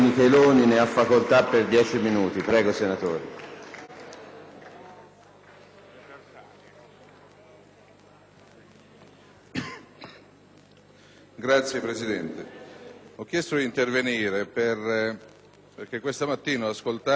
Signor Presidente, ho chiesto di intervenire perché questa mattina ho ascoltato l'intervento del collega della Lega Rizzi.